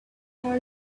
our